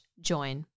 join